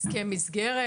הסכם מסגרת,